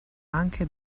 anche